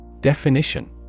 Definition